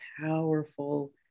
powerful